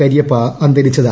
കരിയപ്പ അന്തരിച്ചത്